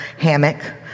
hammock